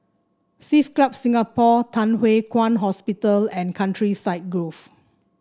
Swiss Club Singapore Thye Hua Kwan Hospital and Countryside Grove